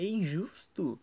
injusto